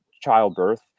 Childbirth